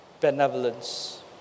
benevolence